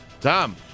Tom